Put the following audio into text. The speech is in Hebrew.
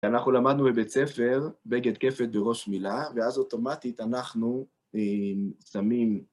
ואנחנו למדנו בבית ספר, בגד כפת בראש מילה, ואז אוטומטית אנחנו שמים